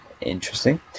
interesting